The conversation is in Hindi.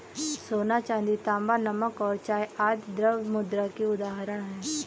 सोना, चांदी, तांबा, नमक और चाय आदि द्रव्य मुद्रा की उदाहरण हैं